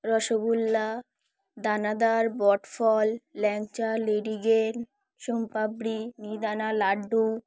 রসগোল্লা দানাদার বটফল ল্যাংচা লেডিকেনি শনপাপড়ি মিহিদানা লাড্ডু